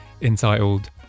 entitled